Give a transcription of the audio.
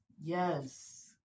Yes